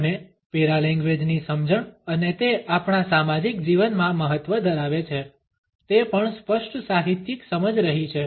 અને પેરાલેંગ્વેજની સમજણ અને તે આપણા સામાજિક જીવનમાં મહત્વ ધરાવે છે તે પણ સ્પષ્ટ સાહિત્યિક સમજ રહી છે